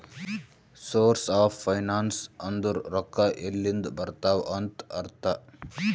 source of finance ಅಂದುರ್ ರೊಕ್ಕಾ ಎಲ್ಲಿಂದ್ ಬರ್ತಾವ್ ಅಂತ್ ಅರ್ಥ